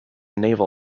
naval